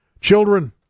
children